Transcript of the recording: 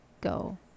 go